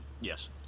Yes